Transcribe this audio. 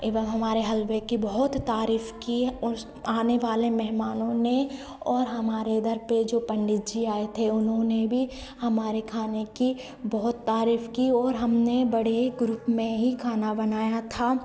एवं हमारे हलवे की बहुत तारीफ़ की उस आने वाले मेहमानों ने और हमारे इधर के जो पंडीजी आए थे उन्होंने भी हमारे खाने की बहोत तारीफ़ की और हमने बड़े ग्रूप में ही खाना बनाया था